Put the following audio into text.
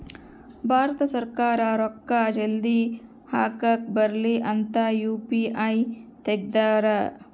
ಭಾರತ ಸರ್ಕಾರ ರೂಕ್ಕ ಜಲ್ದೀ ಹಾಕಕ್ ಬರಲಿ ಅಂತ ಯು.ಪಿ.ಐ ತೆಗ್ದಾರ